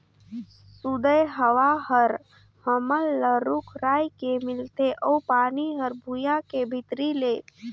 सुदय हवा हर हमन ल रूख राई के मिलथे अउ पानी हर भुइयां के भीतरी ले